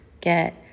get